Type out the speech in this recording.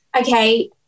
okay